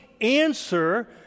answer